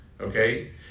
okay